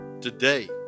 Today